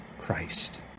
Christ